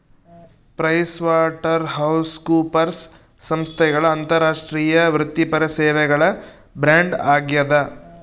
PricewaterhouseCoopers ಸಂಸ್ಥೆಗಳ ಅಂತಾರಾಷ್ಟ್ರೀಯ ವೃತ್ತಿಪರ ಸೇವೆಗಳ ಬ್ರ್ಯಾಂಡ್ ಆಗ್ಯಾದ